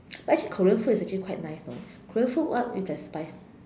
but actually Korean food is actually quite nice you know Korean food what is as spicy